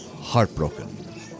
Heartbroken